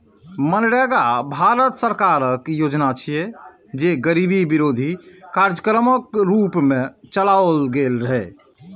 मनरेगा भारत सरकारक योजना छियै, जे गरीबी विरोधी कार्यक्रमक रूप मे चलाओल गेल रहै